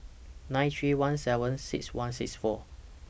nine three one seven six one six four